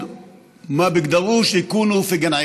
(אומר דברים בשפה הערבית,